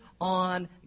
on